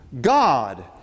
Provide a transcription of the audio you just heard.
God